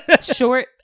short